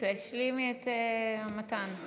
תשלימי את מתן.